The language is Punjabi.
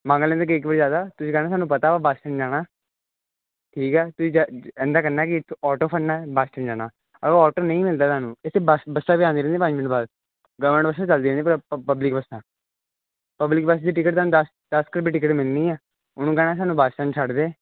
ਮੰਗ ਲੈਂਦੇ ਕਈ ਜ਼ਿਆਦਾ ਤੁਸੀਂ ਕਹਿੰਦੇ ਸਾਨੂੰ ਪਤਾ ਬੱਸ ਨਹੀਂ ਜਾਣਾ ਠੀਕ ਆ ਤੁਸੀਂ ਇੰਨਾਂ ਕਹਿਣਾ ਕਿ ਆਟੋ ਫੜਨਾ ਬੱਸ ਜਾਣਾ ਆਟੋ ਨਹੀਂ ਮਿਲਦਾ ਇੱਥੇ ਬੱਸਾਂ ਵੀ ਆਉਂਦੀਂਆਂ ਰਹਿੰਦੀਆਂ ਪੰਜ ਮਿੰਟ ਬਾਅਦ ਇੱਥੇ ਬੱਸ ਗਵਰਮੈਂਟ ਕਰਦੀਆਂ ਨੇ ਪਬਲਿਕ ਵਾਸਤੇ ਪਬਲਿਕ ਵਾਸਤੇ ਟਿਕਟ ਦਾ ਕ ਟਿਕਟ ਮਿਲਣੀ ਹੈ ਹੁਣ ਗਾਇਆ ਸਾਨੂੰ ਬੱਸ ਸਟੈਂਡ ਛੱਡ ਦੇ ਬੱਸ ਸਟੈਂਡ ਉੱਤੇ ਨਾ ਬੱਸ ਸਟੈਂਡ ਤੋਂ ਬਾਅਦ ਵੀ ਇੱਥੇ ਘੁਮਿਆਲ ਵੱਲ ਨੂੰ ਜਾਣਾ